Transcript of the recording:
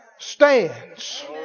Stands